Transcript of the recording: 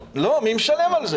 לא, מי משלם על זה?